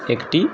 একটি